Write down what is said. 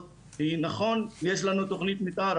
נכון שיש לנו תכנית מתאר,